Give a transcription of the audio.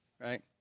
right